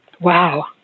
Wow